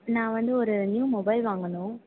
நான் வந்து ஒரு நியூ மொபைல் வாங்கணும்